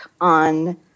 on